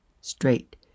straight